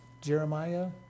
Jeremiah